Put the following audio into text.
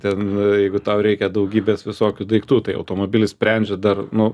ten jeigu tau reikia daugybės visokių daiktų tai automobilis sprendžia dar nu